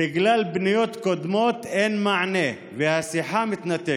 בגלל פניות קודמות אין מענה, והשיחה מתנתקת.